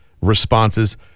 responses